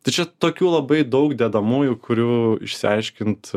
tai čia tokių labai daug dedamųjų kurių išsiaiškint